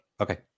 Okay